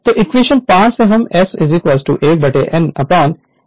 तो इक्वेशन 5 से हम S 1 n n s